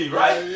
right